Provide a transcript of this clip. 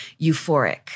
euphoric